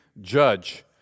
judge